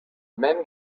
men